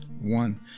one